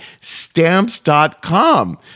Stamps.com